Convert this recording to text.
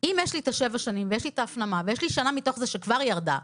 אם יש לי את השבע שנים ויש לי את ההפנמה ויש לי שנה מתוך זה שכבר ירדה,